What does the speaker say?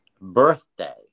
birthday